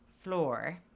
floor